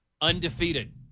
undefeated